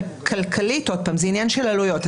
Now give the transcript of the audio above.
זה עניין של עלויות.